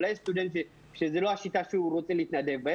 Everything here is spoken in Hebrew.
אולי יש סטודנט שזו לא השיטה שהוא רוצה להתנדב בה.